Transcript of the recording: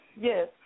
Yes